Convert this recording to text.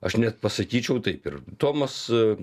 aš net pasakyčiau taip ir tomas